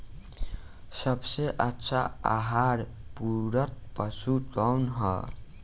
सबसे अच्छा आहार पूरक पशु कौन ह?